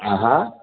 हा हा